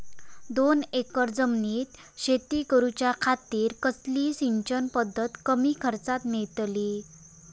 दोन एकर जमिनीत शेती करूच्या खातीर कसली सिंचन पध्दत कमी खर्चात मेलतली?